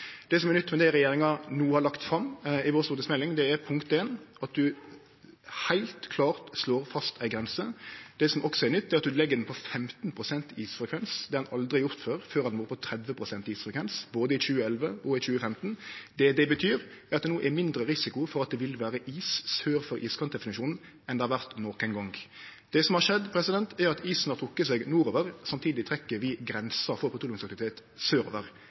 Det som er nytt med det regjeringa no har lagt fram i stortingsmeldinga, er for det første at ein heilt klart slår fast ei grense. Det som også er nytt, er at ein legg grensa på 15 pst. isfrekvens. Det har ein aldri gjort før. Før har ho vore på 30 pst. isfrekvens, både i 2011 og i 2015. Det det betyr, er at det no er mindre risiko for at det vil vere is sør for iskantdefinisjonen enn det har vore nokon gong. Det som har skjedd, er at isen har trekt seg nordover. Samtidig trekkjer vi grensa for petroleumsaktivitet sørover.